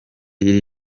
iri